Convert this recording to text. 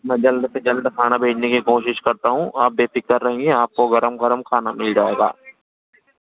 میں جلد سے جلد کھانا بھیجنے کی کوشش کرتا ہوں آپ بے فکر رہیے آپ کو گرم گرم کھانا مل جائے گا